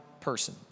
person